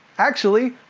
actually,